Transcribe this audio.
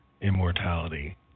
immortality